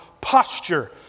posture